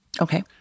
okay